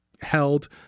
held